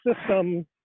system